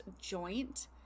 joint